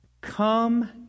come